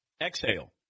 Exhale